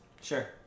Sure